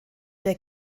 der